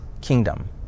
kingdom